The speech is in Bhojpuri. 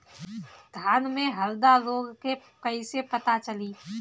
धान में हरदा रोग के कैसे पता चली?